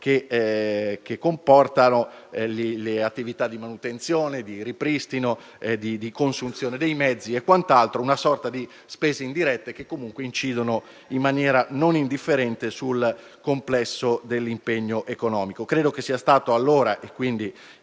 che comportano le attività di manutenzione, di ripristino, di consunzione dei mezzi e quant'altro, vale a dire quella sorta di spese indirette che comunque incidono in maniera non indifferente sul totale dell'impegno economico.